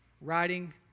writing